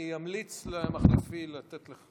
אני אמליץ למחליפי לתת לך,